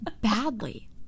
badly